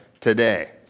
today